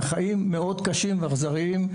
חיים מאוד קשים ואכזריים.